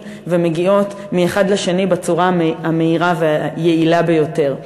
ומגיעות מאחד לשני בצורה המהירה והיעילה ביותר.